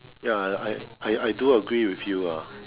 ya I I I I do agree with you lah